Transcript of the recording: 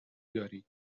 دارید